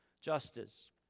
justice